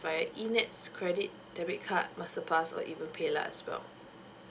by eNETS credit debit card masterpass or even paylah as well